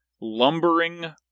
lumbering